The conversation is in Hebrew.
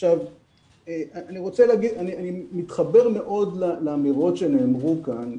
אני מתחבר מאוד לאמירות שנאמרו כאן,